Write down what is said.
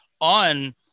on